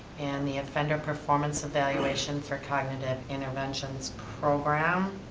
and the offender performance evaluation for cognitive interventions program,